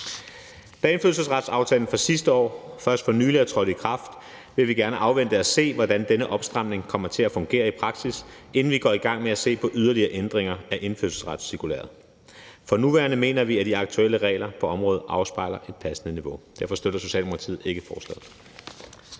Da indfødsretsaftalen fra sidste år først for nylig er trådt i kraft, vil vi gerne afvente og se, hvordan denne opstramning kommer til at fungere i praksis, inden vi går i gang med at se på yderligere ændringer af indfødsretscirkulæret. For nuværende mener vi, at de aktuelle regler på området afspejler et passende niveau. Derfor støtter Socialdemokratiet ikke forslaget.